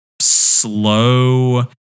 slow